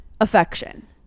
Affection